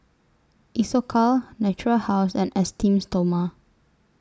Isocal Natura House and Esteem Stoma